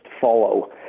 follow